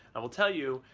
i will tell you,